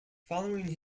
following